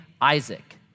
Isaac